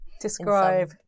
Describe